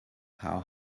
how